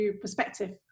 perspective